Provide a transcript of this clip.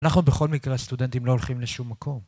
אנחנו בכל מקרה הסטודנטים לא הולכים לשום מקום.